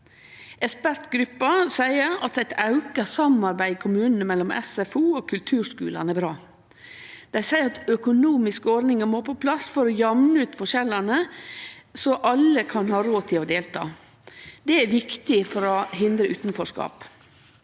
Ekspertgruppa seier at eit auka samarbeid i kommunane mellom SFO og kulturskulane er bra. Dei seier at økonomiske ordningar må på plass for å jamne ut forskjellane, så alle kan ha råd til å delta. Det er viktig for å hindre utanforskap.